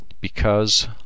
Because